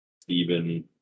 Stephen